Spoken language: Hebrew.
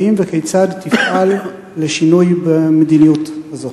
2. האם וכיצד תפעל לשינוי במדיניות הזאת?